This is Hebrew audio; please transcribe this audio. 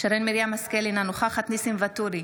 שרן מרים השכל, אינה נוכחת ניסים ואטורי,